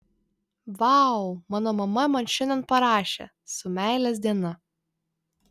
vau mano mama man šiandien parašė su meilės diena